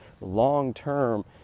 long-term